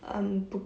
um boo~